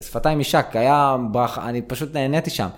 שפתיים ישק, היה בר... אני פשוט נהניתי שם.